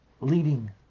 leading